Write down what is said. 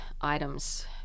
items